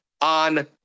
on